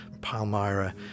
Palmyra